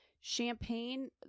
champagne